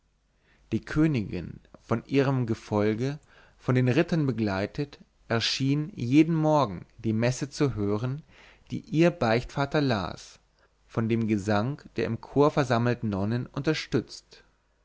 die königin von ihrem gefolge von ihren rittern begleitet jeden morgen die messe zu hören die ihr beichtvater las von dem gesange der im chor versammelten nonnen unterstützt